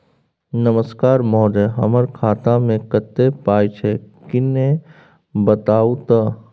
नमस्कार महोदय, हमर खाता मे कत्ते पाई छै किन्ने बताऊ त?